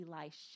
Elisha